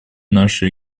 нашей